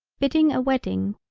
bidding a wedding,